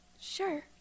Sure